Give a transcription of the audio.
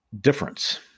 difference